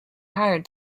hired